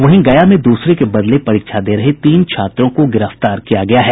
वहीं गया में दूसरे के बदले परीक्षा दे रहे तीन छात्रों को गिरफ्तार किया गया है